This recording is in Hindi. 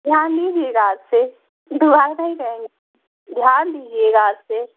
ध्यान दीजिएगा आज से दोबारा नहीं कहेंगे ध्यान दीजिएगा आज से